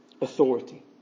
authority